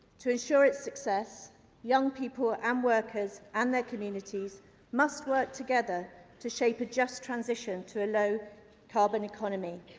to assure its success young people and workers and communities must work together to shape a just transition to a low carbon economy.